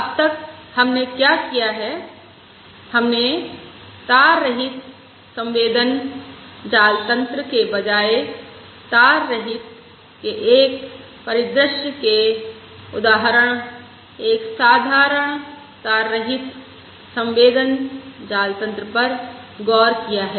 अब तक हमने क्या किया है हमने तार रहित संवेदन जाल तंत्र के बजाय तार रहित के एक परिदृश्य के उदाहरण एक साधारण तार रहित संवेदन जाल तंत्र पर गौर किया है